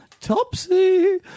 Topsy